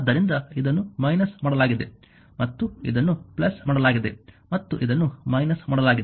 ಆದ್ದರಿಂದ ಇದನ್ನು − ಮಾಡಲಾಗಿದೆ ಮತ್ತು ಇದನ್ನು ಮಾಡಲಾಗಿದೆ ಮತ್ತು ಇದನ್ನು − ಮಾಡಲಾಗಿದೆ